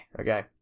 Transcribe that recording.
okay